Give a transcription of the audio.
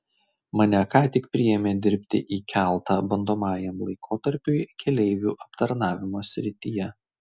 mane ką tik priėmė dirbti į keltą bandomajam laikotarpiui keleivių aptarnavimo srityje